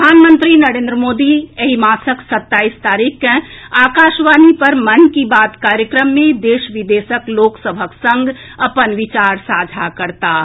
प्रधानमंत्री नरेंद्र मोदी एहि मासक सत्ताईस तारीख के आकाशवाणी पर मन की बात कार्यक्रम मे देश विदेशक लोक सभक सँ अपन विचार साझा करताह